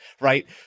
right